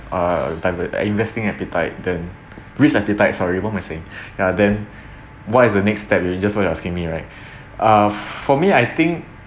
uh tablet uh investing appetite then risk appetite sorry what am I saying ya then what is the next step you just what you're asking me right uh for me I think